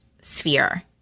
sphere